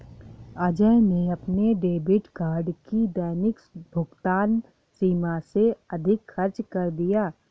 अजय ने अपने debit card की दैनिक भुगतान सीमा से अधिक खर्च कर दिया